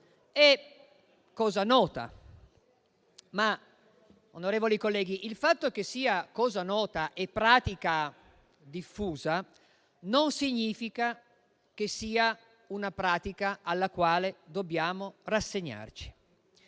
è cosa nota. Onorevoli colleghi, il fatto, però, che questa sia cosa nota e diffusa non significa che sia una pratica alla quale dobbiamo rassegnarci.